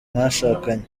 mwashakanye